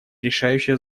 решающее